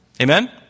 Amen